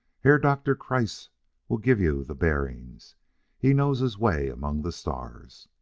herr doktor kreiss will give you the bearings he knows his way among the stars.